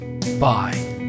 Bye